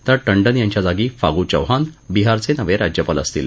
तर टंडन यांच्या जागी फागु चौहान बिहारचे नवे राज्यपाल असतील